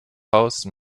house